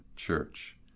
church